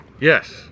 yes